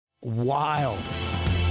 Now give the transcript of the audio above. wild